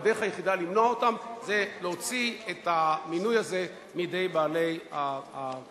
והדרך היחידה למנוע אותם זה להוציא את המינוי הזה מידי בעלי העניין,